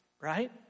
Right